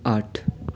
आठ